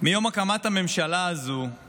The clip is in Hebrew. מיום הקמת הממשלה הזו היא